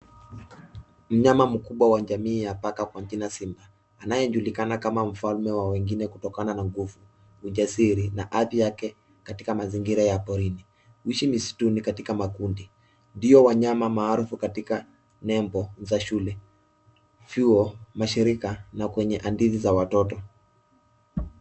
Mnyama mkubwa wa jamii ya paka kwa jina simba, anayejulikana kama mfalme wa wengine kutokana na nguvu, ujasiri na afya yake katika mazingira ya porini. Huishi msituni katika makundi, ndio wanyama maarufu katika nembo za shule, chuo ,mashirika na kwenye hadithi za watoto.